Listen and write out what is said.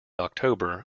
october